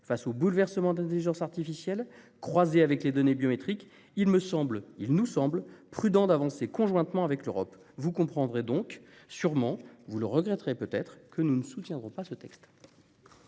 Face aux bouleversements de l'intelligence artificielle croisée avec les données biométriques, il nous semble prudent d'avancer conjointement avec l'Europe. Vous le comprendrez, et le regretterez peut-être, nous ne soutiendrons pas ce texte.